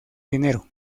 dinero